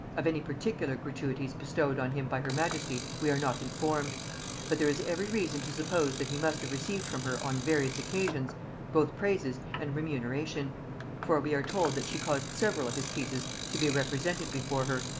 of any particular gratuities bestowed on him by her majesty we are not informed but there is every reason to suppose that he must have received from her on various occasions both praises and remuneration for we are told that she caused several of his pieces to be represented before her,